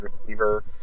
receiver